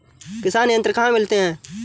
किसान यंत्र कहाँ मिलते हैं?